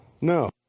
no